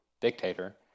dictator